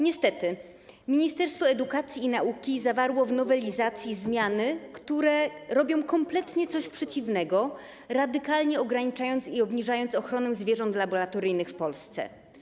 Niestety Ministerstwo Edukacji i Nauki zawarło w nowelizacji zmiany, które wprowadzają kompletnie coś przeciwnego, radykalnie ograniczając i obniżając ochronę zwierząt laboratoryjnych w Polsce.